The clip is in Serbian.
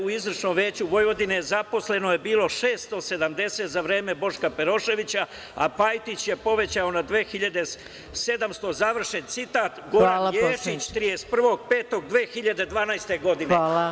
U Izvršnom veću Vojvodine zaposleno je bilo 670 za vreme Boška Peroševića, a Pajtić je povećao na 2700, završen citat, Goran Ješić 31.5.2012. godine.